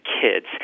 kids